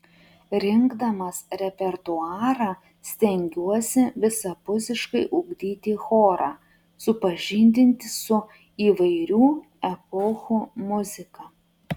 rinkdamas repertuarą stengiuosi visapusiškai ugdyti chorą supažindinti su įvairių epochų muzika